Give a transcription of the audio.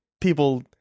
people